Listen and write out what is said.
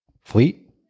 Fleet